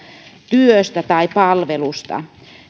työstä tai palvelusta